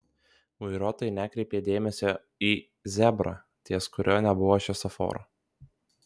vairuotojai nekreipė dėmesio į zebrą ties kuriuo nebuvo šviesoforo